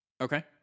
okay